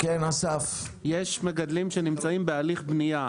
יש מגדלים שנמצאים בהליך בנייה,